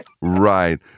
Right